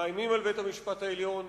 מאיימים על בית-המשפט העליון,